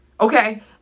okay